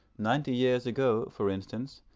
ninety years ago, for instance,